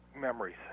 memories